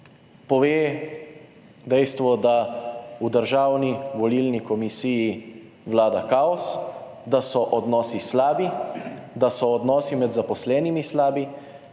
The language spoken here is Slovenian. pove dejstvo, da v Državni volilni komisiji vlada kaos, da so odnosi slabi, da so odnosi med zaposlenimi slabi.